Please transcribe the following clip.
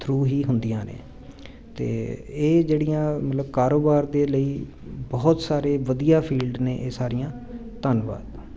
through ਹੀ ਹੁੰਦੀਆਂ ਨੇ ਅਤੇ ਇਹ ਜਿਹੜੀਆਂ ਮਤਲਬ ਕਾਰੋਬਾਰ ਦੇ ਲਈ ਬਹੁਤ ਸਾਰੇ ਵਧੀਆ ਫੀਲਡ ਨੇ ਇਹ ਸਾਰੀਆਂ ਧੰਨਵਾਦ